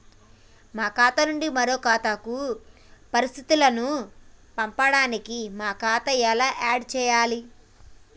మా ఖాతా నుంచి వేరొక ఖాతాకు పరిస్థితులను పంపడానికి మా ఖాతా ఎలా ఆడ్ చేయాలి?